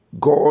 God